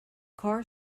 car